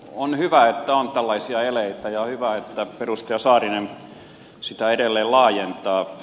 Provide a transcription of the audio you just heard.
on hyvä että on tällaisia eleitä ja on hyvä että edustaja saarinen niitä edelleen laajentaa